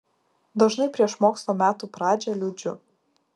dažnai prieš mokslo metų pradžią liūdžiu